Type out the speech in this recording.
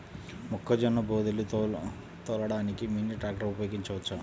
మొక్కజొన్న బోదెలు తోలడానికి మినీ ట్రాక్టర్ ఉపయోగించవచ్చా?